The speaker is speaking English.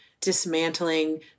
dismantling